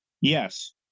Yes